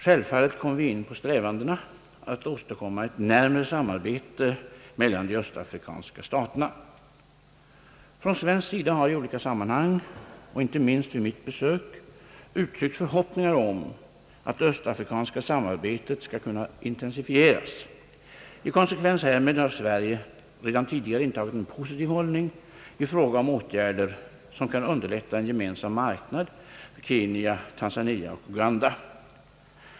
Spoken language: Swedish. Självfallet kom vi in på strävandena att åstadkomma ett närmare samarbete mellan de östafrikanska staterna. Från svensk sida har i olika sammanhang — och inte minst vid mitt besök — uttryckts förhoppningar att det östafrikanska samarbetet skall kunna intensifieras. I konsekvens härmed har Sverige redan tidigare intagit en positiv hållning i fråga om åtgärder som kan underlätta en gemensam marknad för Kenya, Tanzania och Uganda.